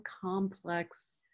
complex